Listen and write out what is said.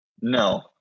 No